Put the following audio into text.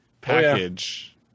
package